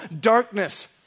darkness